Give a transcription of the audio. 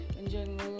enjoying